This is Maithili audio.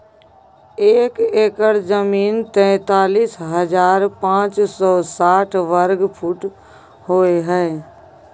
एक एकड़ जमीन तैंतालीस हजार पांच सौ साठ वर्ग फुट होय हय